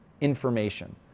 information